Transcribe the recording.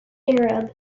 arab